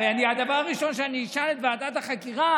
הרי הדבר הראשון שאני אשאל את ועדת החקירה